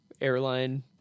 airline